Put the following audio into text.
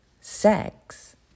sex